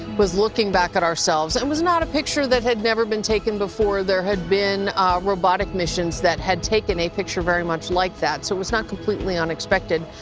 was looking back at ourselves. and it was not a picture that had never been taken before there had been robotic missions that had taken a picture very much like that. so it was not completely unexpected.